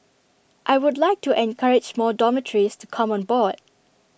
I would like to encourage more dormitories to come on board